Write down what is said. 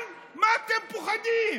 מה אתם פוחדים?